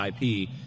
IP